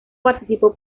participó